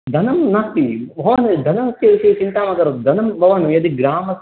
धनं नास्ति भवान् धनस्य विषये चिन्ता मा करोतु धनं यदि ग्राम